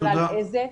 בכלל איזה,